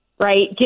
right